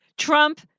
Trump